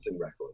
record